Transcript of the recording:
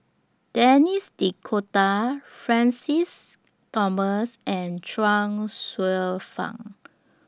Denis D'Cotta Francis Thomas and Chuang Hsueh Fang